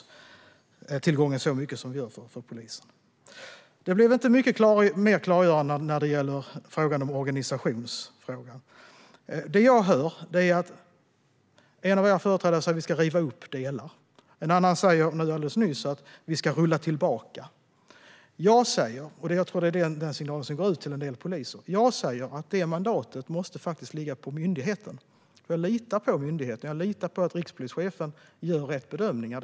Aktuell debatt med anledning av bemanningssitua-tionen inom polisen Det blev inte mycket mer klargörande när det gäller organisationsfrågan. Det jag hörde var att en av era företrädare sa att delar ska rivas upp. En annan sa alldeles nyss att vi ska rulla tillbaka mandatet. Jag säger, och det är den signal som jag tror går ut till en del poliser, att detta mandat faktiskt måste ligga på myndigheten. Jag litar på den och på att rikspolischefen gör rätt bedömningar.